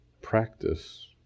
practice